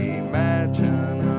imagine